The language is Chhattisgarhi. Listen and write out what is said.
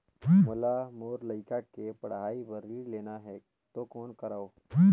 मोला मोर लइका के पढ़ाई बर ऋण लेना है तो कौन करव?